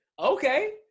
Okay